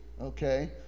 Okay